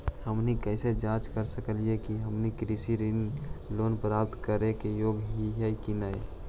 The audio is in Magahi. हमनी कैसे जांच सकली हे कि हमनी कृषि ऋण यानी लोन प्राप्त करने के योग्य हई कि नहीं?